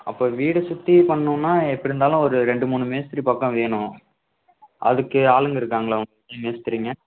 அப்போ வீடு சுற்றி பண்ணணுன்னால் எப்படி இருந்தாலும் ஒரு ரெண்டு மூணு மேஸ்திரி பக்கம் வேணும் அதுக்கு ஆளுங்கள் இருக்காங்களா உங்ககிட்டே மேஸ்திரிங்க